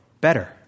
better